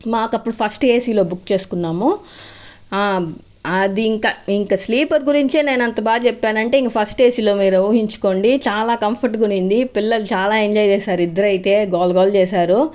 మాకు అప్పుడు ఫస్ట్ ఏసీలో బుక్ చేసుకున్నాము అది ఇంకా ఇంకా స్లీపర్ గురించే నేను అంత బాగా చెప్పానంటే ఇంక ఫస్ట్ ఏసీలో మీరు ఊహించుకోండి చాలా కంఫర్ట్ గా ఉన్నింది పిల్లలు చాలా ఎంజాయ్ చేశారు ఇద్దరూ అయితే గోల గోల చేశారు